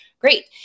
Great